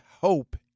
hope